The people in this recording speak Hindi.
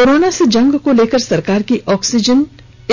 कोरोना से जंग को सरकार की ऑक्सीजन